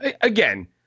again